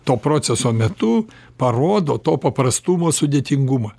to proceso metu parodo to paprastumo sudėtingumą